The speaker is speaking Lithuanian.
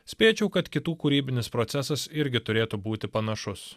spėčiau kad kitų kūrybinis procesas irgi turėtų būti panašus